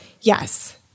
Yes